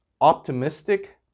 optimistic